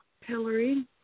Hillary